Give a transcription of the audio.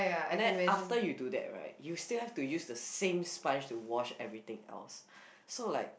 and then after you do that right you still have to use the same sponge to wash everything else so like